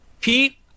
Pete